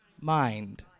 mind